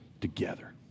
together